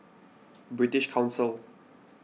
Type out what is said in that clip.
British Council